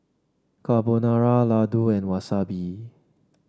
Carbonara Ladoo and Wasabi